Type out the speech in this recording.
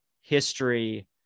history